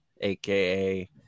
aka